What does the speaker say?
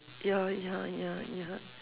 ya ya ya ya